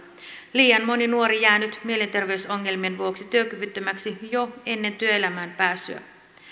liian moni nuori jää nyt mielenterveysongelmien vuoksi työkyvyttömäksi jo ennen työelämään pääsyä